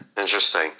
Interesting